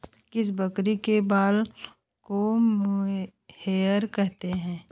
किस बकरी के बाल को मोहेयर कहते हैं?